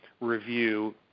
review